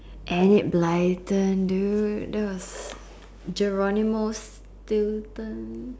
Enid-Blyton dude that was Geronimo-Stilton